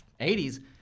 80s